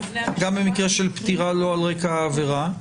גם במקרה של פטירה לא על רקע העבירה.